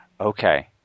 Okay